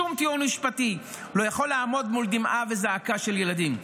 שום טיעון משפטי לא יכול לעמוד מול דמעה וזעקה של ילדים.